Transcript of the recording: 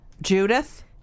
Judith